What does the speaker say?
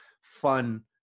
fun